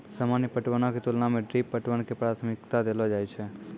सामान्य पटवनो के तुलना मे ड्रिप पटवन के प्राथमिकता देलो जाय छै